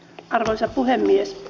arvoisa puhemies